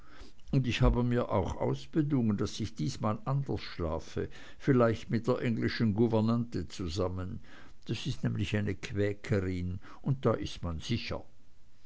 und ich habe mir auch ausbedungen daß ich diesmal anders schlafe vielleicht mit der englischen gouvernante zusammen das ist nämlich eine quäkerin und da ist man sicher